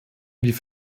wie